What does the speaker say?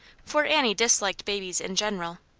for annie disliked babies in general,